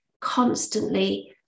constantly